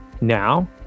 Now